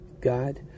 God